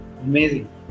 amazing